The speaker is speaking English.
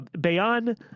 Bayan